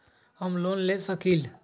हम लोन ले सकील?